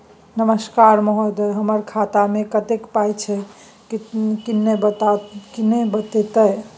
नमस्कार महोदय, हमर खाता मे कत्ते पाई छै किन्ने बताऊ त?